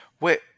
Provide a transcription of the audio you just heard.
Wait